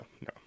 no